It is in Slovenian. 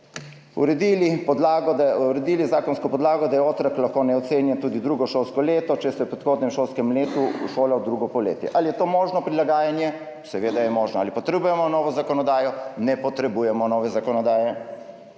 urediti zakonsko podlago, da je otrok lahko neocenjen tudi drugo šolsko leto, če se je v predhodnem šolskem letu všolal v drugem polletju. Ali je tu možno prilagajanje? Seveda je možno. Ali potrebujemo novo zakonodajo? Ne potrebujemo nove zakonodaje.